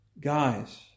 Guys